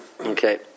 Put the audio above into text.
Okay